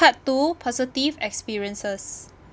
part two positive experiences